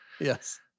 Yes